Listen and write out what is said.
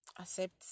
Accept